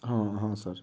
ହଁ ହଁ ସାର୍